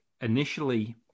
initially